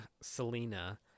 selena